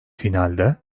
finalde